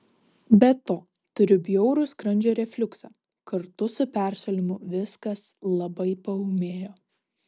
be to turiu bjaurų skrandžio refliuksą kartu su peršalimu viskas labai paūmėjo